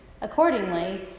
Accordingly